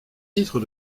titre